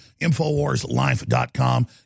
infowarslife.com